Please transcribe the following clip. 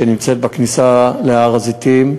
בכניסה להר-הזיתים.